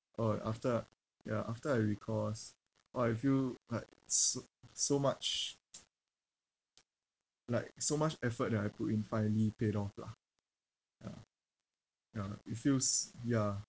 orh after ya after I recourse orh I feel like so so much like so much effort that I put in finally paid off lah ya ya it feels ya